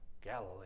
Galilee